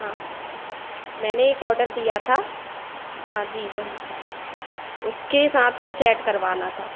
हाँ मैंने एक ऑर्डर दिया था हाँ जी वही उसके साथ कुछ ऐड करवाना था